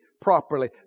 properly